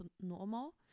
normal